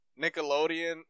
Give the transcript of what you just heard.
Nickelodeon